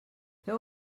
feu